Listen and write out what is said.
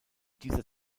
dieser